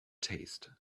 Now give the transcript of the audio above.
taste